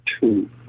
two